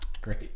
Great